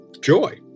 joy